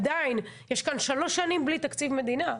עדיין יש כאן שלוש שנים בלי תקציב מדינה,